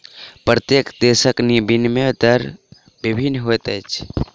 प्रत्येक देशक विनिमय दर भिन्न होइत अछि